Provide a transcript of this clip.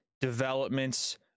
developments